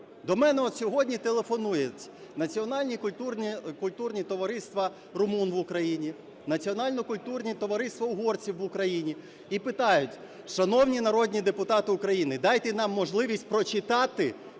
До мене сьогодні телефонують національно-культурні товариства румун в Україні, національно-культурні товариства угорців в Україні і питають: "Шановні народні депутати України, дайте нам можливість прочитати